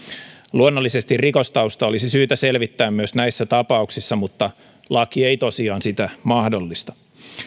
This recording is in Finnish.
luonnollisesti rikostausta olisi syytä selvittää myös näissä tapauksissa mutta laki ei tosiaan sitä mahdollista